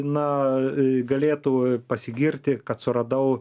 na galėtų pasigirti kad suradau